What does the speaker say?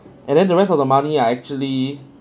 and then the rest of the money I actually